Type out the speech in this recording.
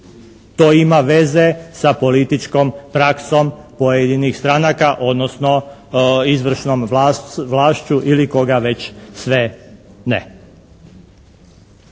to ima veze sa političkom praksom pojedinih stranaka odnosno izvršnom vlašću ili koga već sve ne.